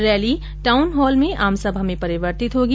rally town hall में आमसभा में परिवर्तित होगी